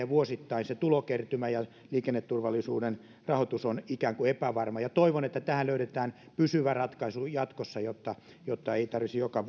vuosittain ja liikenneturvallisuuden rahoitus on ikään kuin epävarma toivon että tähän löydetään pysyvä ratkaisu jatkossa jotta jotta ei tarvitsisi joka